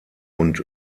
und